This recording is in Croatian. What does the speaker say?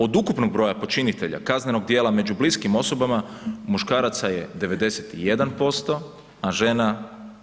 Od ukupnog broja počinitelja kaznenog dijela među bliskim osobama muškaraca je 91% a žena 9%